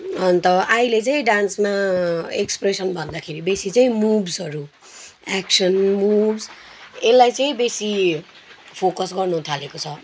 अन्त अहिले चाहिँ डान्समा एक्सप्रेसन भन्दाखेरि बेसी चाहिँ मुभ्सहरू एक्सन मुभ्स यसलाई चाहिँ बेसी फोकस गर्नुथालेको छ